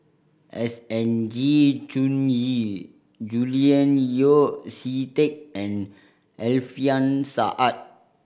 S N G Choon Yee Julian Yeo See Teck and Alfian Sa'at